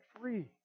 free